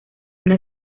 una